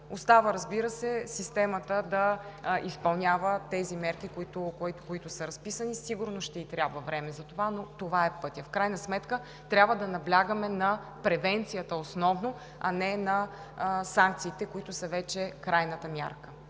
Остава, разбира се, системата да изпълнява тези мерки, които са разписани. Сигурно ще ѝ трябва време за това, но това е пътят. В крайна сметка трябва да наблягаме на превенцията основно, а не на санкциите, които са вече крайната мярка.